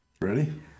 Ready